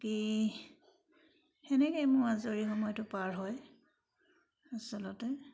কি তেনেকেই মোৰ আজৰি সময়টো পাৰ হয় আচলতে